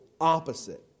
opposite